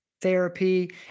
therapy